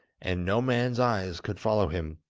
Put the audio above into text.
and no man's eyes could follow him.